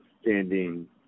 standing